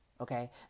Okay